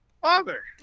father